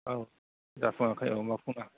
औ जाफुङाखै औ मावफुङा